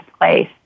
place